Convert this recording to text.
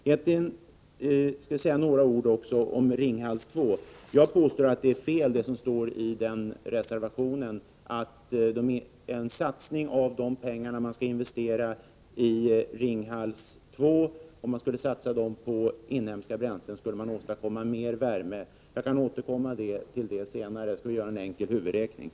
Jag vill också säga några ord om Ringhals 2. Jag påstår att det är fel, som det står i reservationen, att om de pengar man skall investera i Ringhals 2 skulle investeras i inhemska bränslen så skulle man producera mer värme. Jag kan återkomma till det senare.